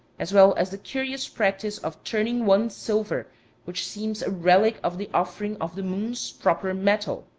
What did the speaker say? as well as the curious practice of turning one's silver which seems a relic of the offering of the moon's proper metal.